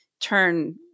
turn